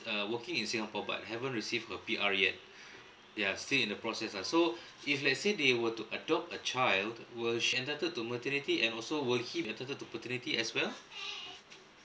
uh working in singapore but haven't receive her P_R ya still in the process lah so if let's say they were to adopt a child will she entitle to maternity and also were he entitle to paternity as well